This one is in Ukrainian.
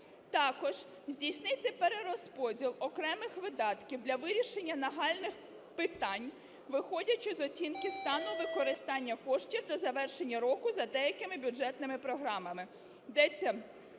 Також здійснити перерозподіл окремих видатків для вирішення нагальних питань, виходячи з оцінки стану використання коштів до завершення року за деякими бюджетними програми.